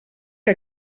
que